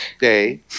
day